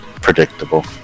predictable